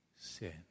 sin